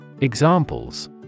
Examples